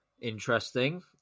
interesting